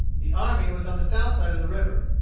the army was on the south side of the river.